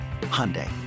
Hyundai